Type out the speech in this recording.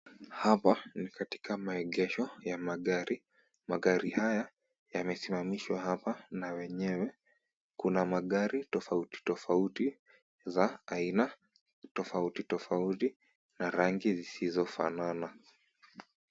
Hapa ni katika maegesho ya magari. Magari haya yamesimamishwa hapa na wenyewe. Kuna magari tofauti tofauti za aina tofauti tofauti na rangi zisizofanana.